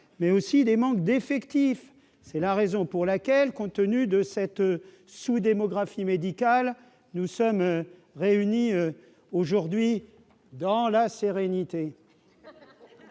mais aussi d'un manque d'effectifs. C'est pourquoi, compte tenu de cette sous-démographie médicale, nous sommes réunis aujourd'hui, dans la sérénité